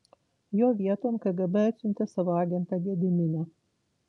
jo vieton kgb atsiuntė savo agentą gediminą